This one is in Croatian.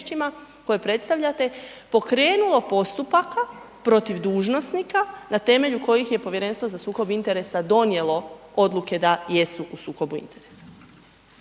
koje predstavljate pokrenulo postupaka protiv dužnosnika na temelju kojih je Povjerenstvo za sukob interesa donijelo odluke da jesu u sukobu interesa?